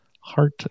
Heart